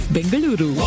Bengaluru